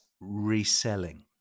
reselling